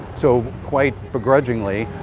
so quite begrudgingly,